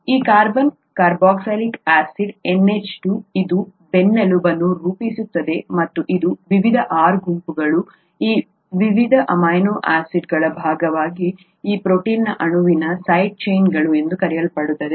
ಈ carbon carboxylic acid NH2 ಇದು ಬೆನ್ನೆಲುಬನ್ನು ರೂಪಿಸುತ್ತದೆ ಮತ್ತು ಈ ವಿವಿಧ R ಗುಂಪುಗಳು ಈ ವಿವಿಧ ಅಮೈನೋ ಆಸಿಡ್ಗಳ ಭಾಗವಾಗಿ ಈ ಪ್ರೋಟೀನ್ ಅಣುವಿನ ಸೈಡ್ ಚೈನ್ಗಳು ಎಂದು ಕರೆಯಲ್ಪಡುತ್ತವೆ